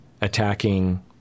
attacking